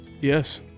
Yes